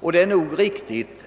och det är nog riktigt.